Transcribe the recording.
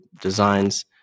designs